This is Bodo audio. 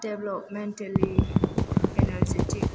develop mentally energetic